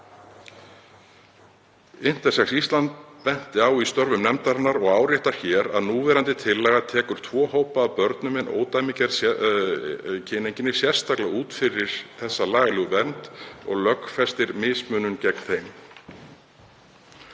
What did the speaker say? „Intersex Ísland benti á í störfum nefndarinnar og áréttar hér að núverandi tillaga tekur tvo hópa af börnum með ódæmigerð [kyneinkenni] sérstaklega út fyrir þessa lagalegu vernd og lögfestir mismunun gegn þeim.“